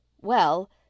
well